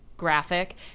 Graphic